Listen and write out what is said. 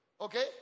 okay